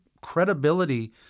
credibility